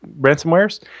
ransomwares